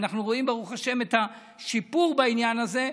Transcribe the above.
ואנחנו רואים ברוך השם את השיפור בעניין הזה,